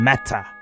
Matter